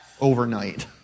overnight